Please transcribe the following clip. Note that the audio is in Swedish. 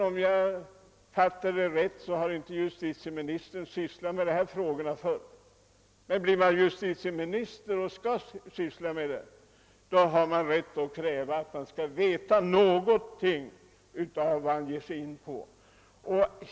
Om jag fattat rätt har justitieministern inte sysslat med de här frågorna tidigare, men blir man justitieminister och har att ägna sig åt dylika spörsmål måste man kräva, att justitieministern vet någonting om vad han ger sig in på.